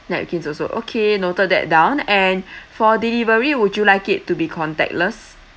napkins also okay noted that down and for delivery would you like it to be contactless